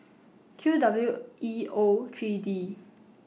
Q W E O three D